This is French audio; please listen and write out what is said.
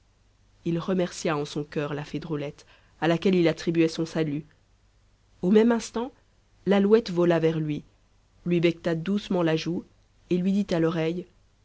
il remercia en son coeur la fée drôlette à laquelle il attribuait son salut au même instant l'alouette vola vers lui lui becqueta doucement la joue et lui dit à l'oreille